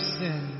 sin